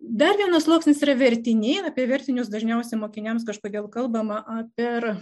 dar vienas sluoksnis yra vertiniai apie vertinius dažniausiai mokiniams kažkodėl kalbama apie per